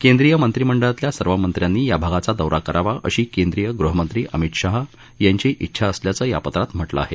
केंद्रीय मंत्रीमंडळातल्या सर्व मंत्र्यांनी या भागाचा दौरा करावा अशी केंद्रीय गृहमंत्री अमित शहा यांची इच्छा असल्याचं या पव्रात म्हटलं आहे